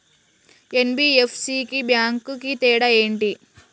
NBFC కి bank కి తేడా ఏంటి?